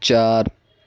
چار